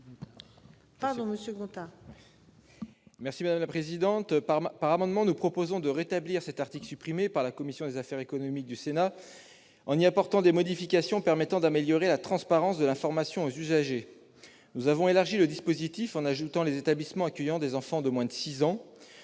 M. Guillaume Gontard. Par cet amendement, nous proposons de rétablir cet article supprimé par la commission des affaires économiques du Sénat, en y apportant des modifications, afin d'améliorer la transparence de l'information aux usagers. Nous avons élargi le dispositif en ajoutant les établissements accueillant des enfants de moins de six ans.